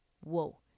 Whoa